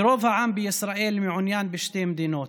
ורוב העם בישראל מעוניין בשתי מדינות.